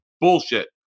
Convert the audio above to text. bullshit